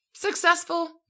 Successful